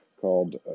called